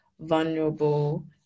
vulnerable